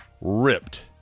ripped